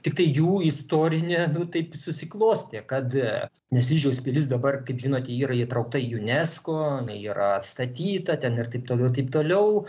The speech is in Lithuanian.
tiktai jų istorinė nu taip susiklostė kad nesvyžiaus pilis dabar kaip žinote yra įtraukta į unesco yra atstatyta ten ir taip toliau ir taip toliau